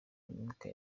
imyuka